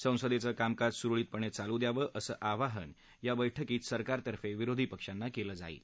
संसदेच कामकाज सुरळीतपणे चालू द्यावं असं आवाहन यावेळी सरकारतर्फे विरोधी पक्षांना केलं जाईल